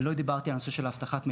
אני לא דיברתי על הנושא של אבטחת מידע.